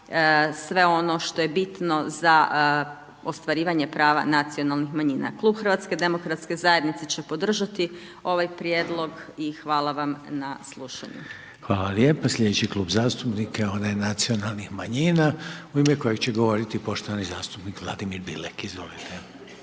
sve ono što je bitno za ostvarivanje prava nacionalnih manjina. Klub HDZ-a će podržati ovaj prijedlog i hvala vam na slušanju. **Reiner, Željko (HDZ)** Hvala lijepo. Sljedeći klub zastupnika, ovaj nacionalnih manjina, u ime kojeg će govoriti poštovani zastupnik Vladimir Bilek, izvolite.